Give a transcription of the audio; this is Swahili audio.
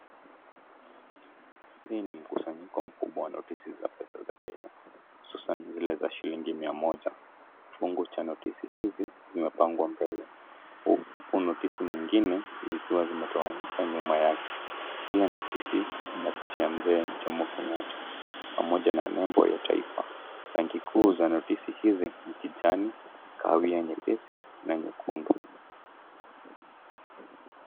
Hii ni mkusanyiko mkubwa wa notisi za pesa za Kenya, hususan zile za shilingi 100. Kifungo cha notisi hizi zimepangwa mbele huku notisi nyingine zikiwa zimetawanyika nyuma yake. Kila notisi ina picha ya mzee Jomo Kenyatta pamoja na nembo ya taifa. Rangi kuu za notisi hizi ni kijani, kahawia nyepesi na nyekundu.